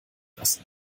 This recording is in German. lassen